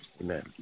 Amen